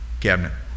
cabinet